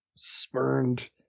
spurned